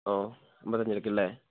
ഓ അമ്പത്തഞ്ചുപേർക്കല്ലേ